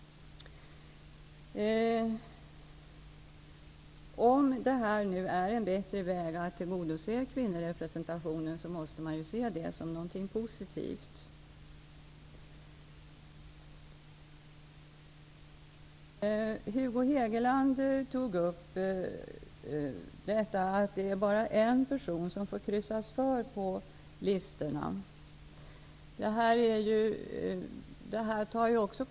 Om förslaget innebär en bättre väg att tillgodose kvinnorepresentationen måste man se det som någonting positivt. Hugo Hegeland tog upp att man bara får kryssa för en person på listan.